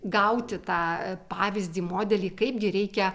gauti tą pavyzdį modelį kaip gi reikia